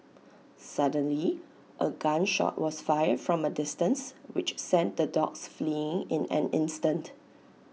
suddenly A gun shot was fired from A distance which sent the dogs fleeing in an instant